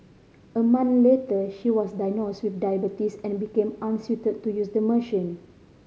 a month later she was diagnosed with diabetes and became unsuited to use the machine